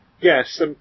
Yes